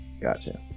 Gotcha